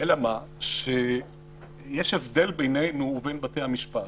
אלא שיש הבדל בינינו לבין בתי-המשפט,